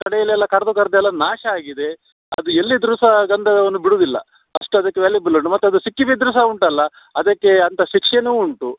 ಕಡೆಲೆಲ್ಲ ಕಡಿದು ಕಡಿದು ಎಲ್ಲ ನಾಶ ಆಗಿದೆ ಅದು ಎಲ್ಲಿದ್ದರೂ ಸಹ ಗಂಧವನ್ನು ಬಿಡೋದಿಲ್ಲ ಅಷ್ಟು ಅದಕ್ಕೆ ವ್ಯಾಲ್ಯುಬಲ್ ಮತ್ತು ಅದು ಸಿಕ್ಕಿ ಬಿದ್ರೂ ಸಹ ಉಂಟಲ್ಲ ಅದಕ್ಕೆ ಅಂಥ ಶಿಕ್ಷೆನೂ ಉಂಟು